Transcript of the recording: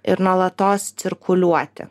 ir nuolatos cirkuliuoti